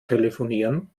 telefonieren